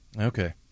Okay